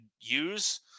use